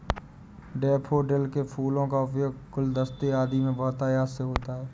daffodil के फूलों का उपयोग गुलदस्ते आदि में बहुतायत से होता है